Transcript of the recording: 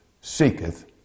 seeketh